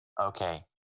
okay